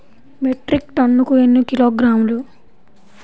Metric టన్నుకు ఎన్ని కిలోగ్రాములు?